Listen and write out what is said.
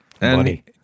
money